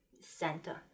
center